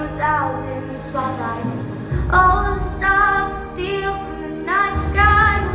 thousand spotlights all stop see you night sky